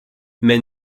mais